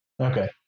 Okay